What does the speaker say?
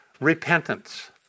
repentance